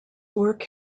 work